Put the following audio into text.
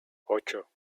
ocho